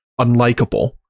unlikable